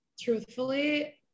Truthfully